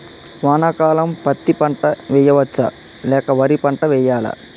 వానాకాలం పత్తి పంట వేయవచ్చ లేక వరి పంట వేయాలా?